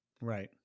Right